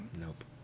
Nope